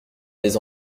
les